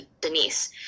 Denise